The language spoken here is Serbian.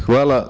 Hvala.